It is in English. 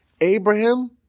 Abraham